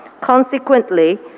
Consequently